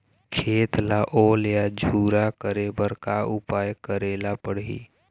खेत ला ओल या झुरा करे बर का उपाय करेला पड़ही?